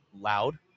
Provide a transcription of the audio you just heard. loud